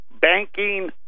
Banking